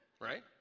right